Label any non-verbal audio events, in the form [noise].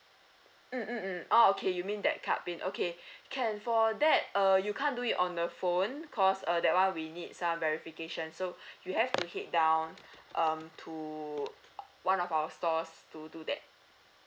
mm mm mm orh okay you mean that card PIN okay can for that uh you can't do it on the phone because uh that one we need some verification so [breath] you have to head down um to one of our stores to do that